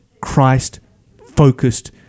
Christ-focused